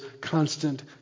constant